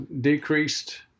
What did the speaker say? decreased